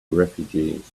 refugees